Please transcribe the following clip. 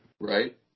Right